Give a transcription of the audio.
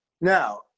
Now